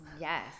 Yes